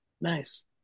Nice